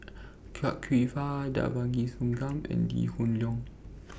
Chia Kwek Fah Devagi Sanmugam and Lee Hoon Leong